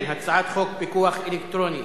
חוק פיקוח אלקטרוני